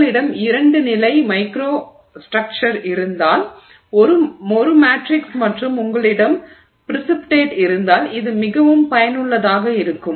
உங்களிடம் 2 நிலைமை மைக்ரோஸ்ட்ரக்ச்சர் இருந்தால் ஒரு மேட்ரிக்ஸ் மற்றும் உங்களிடம் ப்ரிசிபிடேட் இருந்தால் இது மிகவும் பயனுள்ளதாக இருக்கும்